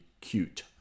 cute